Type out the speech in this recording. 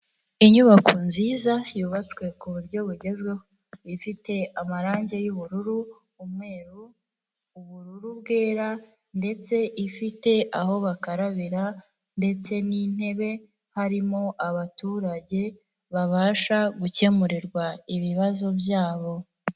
Inyubako nziza yubatswe ku buryo bugezweho, ifite amarange y'ubururu umweru, ubururu bwera ndetse ifite aho bakarabira ndetse n'intebe, harimo abaturage babasha gukemurirwa ibibazo byabo.